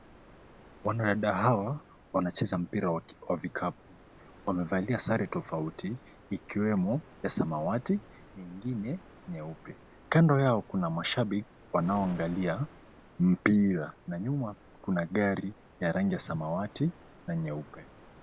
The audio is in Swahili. Wanadada hawa wanacheza mpira wa vikapu. Wamevalia sare tofauti ikiwemo ya samawati, nyingine nyeupe. Kando yao kuna mashabiki wanao angalia mpira na nyuma kuna gari ya rangi ya samawati na nyeupe.